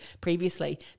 previously